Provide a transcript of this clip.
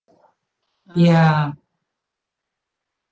ya